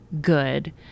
good